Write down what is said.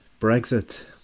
Brexit